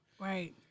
Right